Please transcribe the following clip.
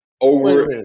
over